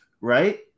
right